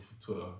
Twitter